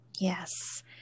Yes